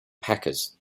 packers